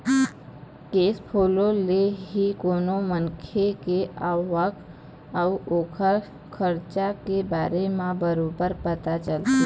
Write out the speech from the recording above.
cash follow ले ही कोनो मनखे के आवक अउ ओखर खरचा के बारे म बरोबर पता चलथे